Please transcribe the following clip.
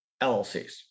LLCs